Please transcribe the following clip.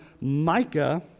Micah